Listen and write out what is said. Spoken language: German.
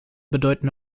bedeuten